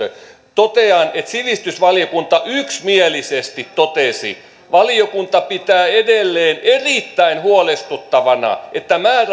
lainsäädäntö totean että sivistysvaliokunta yksimielisesti totesi valiokunta pitää edelleen erittäin huolestuttavana että